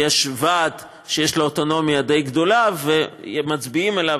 יש ועד שיש לו אוטונומיה די גדולה ומצביעים אליו,